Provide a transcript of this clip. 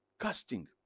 Casting